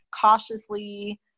cautiously